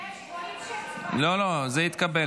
להעביר את הצעת חוק בריאות ממלכתי (תיקון,